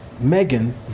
Megan